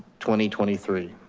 twenty twenty three.